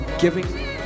giving